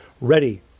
ready